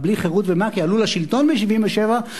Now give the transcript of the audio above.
ה"בלי חרות ומק"י" עלו לשלטון ב-1977,